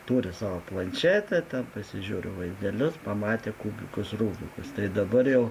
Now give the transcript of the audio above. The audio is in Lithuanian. turi savo planšetę ten pasižiūri vaizdelius pamatė kubikus rubikus tai dabar jau